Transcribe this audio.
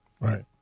Right